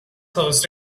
closed